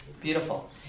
Beautiful